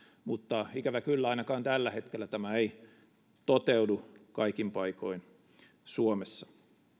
mutta ikävä kyllä ainakaan tällä hetkellä tämä ei toteudu kaikin paikoin suomessa